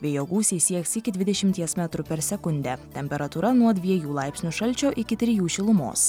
vėjo gūsiai sieks iki dvidešimties metrų per sekundę temperatūra nuo dviejų laipsnių šalčio iki trijų šilumos